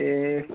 तें